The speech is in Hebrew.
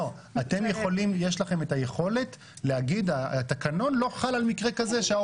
יש לכם את היכולת להגיד שהתקנון לא חל על מקרה כזה.